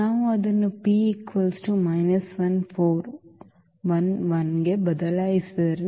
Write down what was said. ನಾವು ಅದನ್ನು ಗೆ ಬದಲಾಯಿಸಿದರೆ